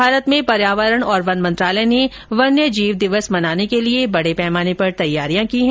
भारत में पर्यावरण और वन मंत्रालय ने वन्य जीव दिवस मनाने के लिए बडे पैमाने पर तैयारियां की है